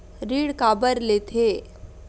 ऋण काबर लेथे?